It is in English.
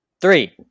Three